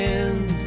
end